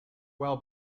well